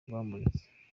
rwamuritse